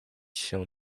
się